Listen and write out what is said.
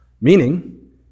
meaning